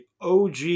OG